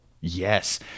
Yes